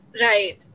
right